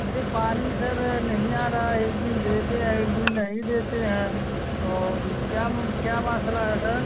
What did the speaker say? अरे पानी सर नहीं आ रहा एक दिन देते हैं एक दिन नहीं देते हैं और क्या क्या मासला है सर